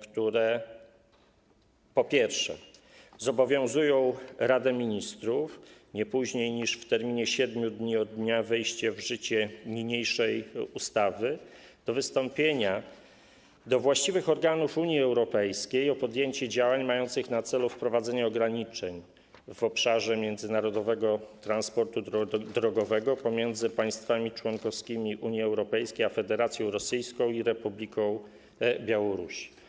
które, po pierwsze, zobowiązują Radę Ministrów nie później niż w terminie 7 dni od dnia wejścia w życie niniejszej ustawy do wystąpienia do właściwych organów Unii Europejskiej o podjęcie działań mających na celu wprowadzenie ograniczeń w obszarze międzynarodowego transportu drogowego pomiędzy państwami członkowskimi Unii Europejskiej a Federacją Rosyjską i Republiką Białorusi.